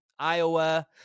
Iowa